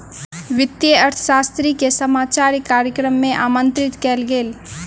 वित्तीय अर्थशास्त्री के समाचार कार्यक्रम में आमंत्रित कयल गेल